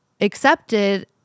accepted